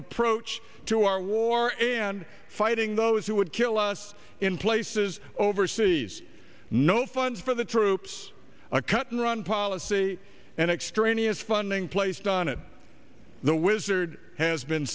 approach to our war and fighting those who would kill us in places overseas no funds for the troops a cut and run policy and extraneous funding placed on it the wizard has been